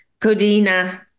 Codina